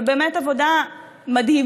באמת עבודה מדהימה,